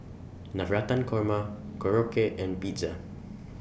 Navratan Korma Korokke and Pizza